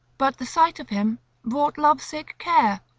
but the sight of him brought love-sick care.